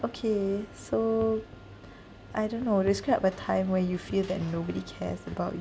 okay so I don't know describe a time where you feel that nobody cares about